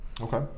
Okay